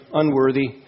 unworthy